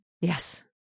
Yes